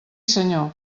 senyor